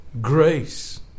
grace